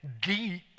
deep